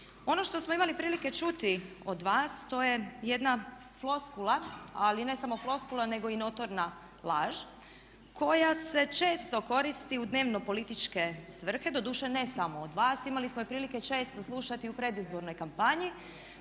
Ono što smo imali prilike čuti od vas to je jedna floskula, ali ne samo floskula nego i notorna laž koja se često koristi u dnevno-političke svrhe, doduše ne samo od vas. Imali smo prilike često slušati u predizbornoj kampanji.